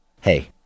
hey